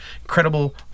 Incredible